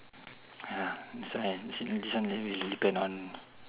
ya this one is actually this one usually depend on